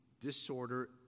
disorder